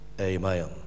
Amen